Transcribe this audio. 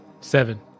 Seven